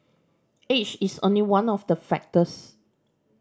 age is only one of the factors